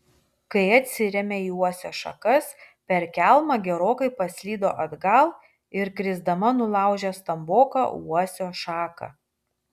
kai atsirėmė į uosio šakas per kelmą gerokai paslydo atgal ir krisdama nulaužė stamboką uosio šaką